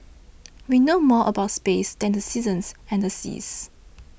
we know more about space than the seasons and the seas